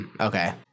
Okay